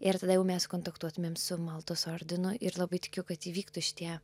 ir tada jau mes kontaktuotumėm su maltos ordinu ir labai tikiu kad įvyktų šitie